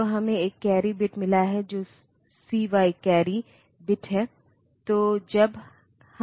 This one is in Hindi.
तो हमें एक कैरी बिट मिला है जो CY कैरी बिट है